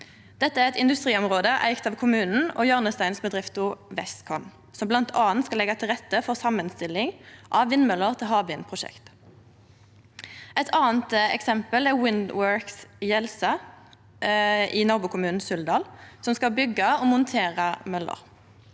Dette er eit industriområde eigd av kommunen og hjørnesteinsbedrifta Westcon, som bl.a. skal leggje til rette for samanstilling av vindmøller til havvindprosjekt. Eit anna eksempel er WindWorks Jelsa i nabokommunen Suldal, som skal byggje og montere møller.